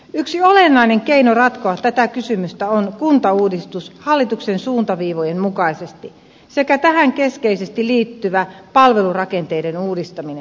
yksi olennainen keino ratkoa tätä kysymystä on kuntauudistus hallituksen suuntaviivojen mukaisesti sekä tähän keskeisesti liittyvä palvelurakenteiden uudistaminen